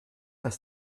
das